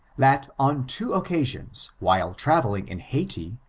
that, on two occasions, while travelliag in hayti,